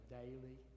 daily